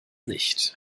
nicht